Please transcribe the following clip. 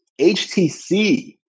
HTC